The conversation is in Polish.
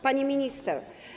Pani Minister!